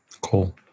Cool